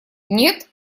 нет